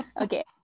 okay